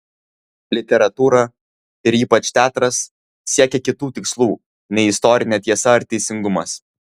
literatūra ir ypač teatras siekia kitų tikslų nei istorinė tiesa ar teisingumas